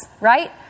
right